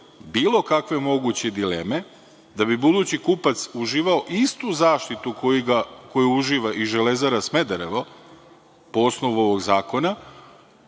bilo kakve moguće dileme, da bi budući kupac uživao istu zaštitu koju uživa i Železara Smederevo po osnovu ovog zakona,